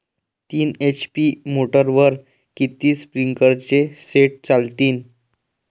तीन एच.पी मोटरवर किती स्प्रिंकलरचे सेट चालतीन?